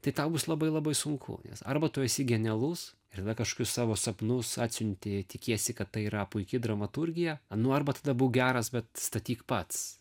tai tau bus labai labai sunku nes arba tu esi genialus ir kažkokius savo sapnus atsiunti tikiesi kad tai yra puiki dramaturgija nu arba tada būk geras bet statyk pats